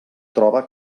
troba